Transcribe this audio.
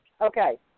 Okay